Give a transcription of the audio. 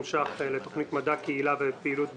שקלים הולכים לתוכנית מדע וקהילה ופעילות בין-לאומית,